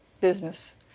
business